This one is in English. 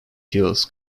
hills